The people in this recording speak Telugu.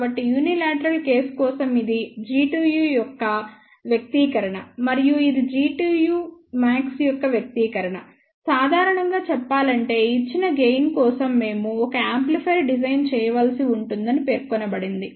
కాబట్టి యూనీలేటరల్ కేసు కోసం ఇది Gtu యొక్క వ్యక్తీకరణ మరియు ఇది Gtu max యొక్క వ్యక్తీకరణ సాధారణంగా చెప్పాలంటే ఇచ్చిన గెయిన్ కోసం మేము ఒక యాంప్లిఫైయర్ డిజైన్ చేయవలసి ఉంటుందని పేర్కొనబడుతుంది